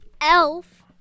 elf